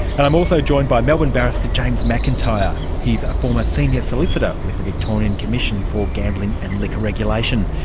and i'm also joined by melbourne barrister james mcintyre. he's a former senior solicitor with the victorian commission for gambling and liquor regulation.